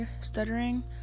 stuttering